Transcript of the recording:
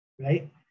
right